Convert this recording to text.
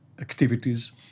activities